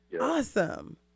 awesome